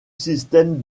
système